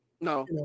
No